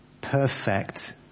perfect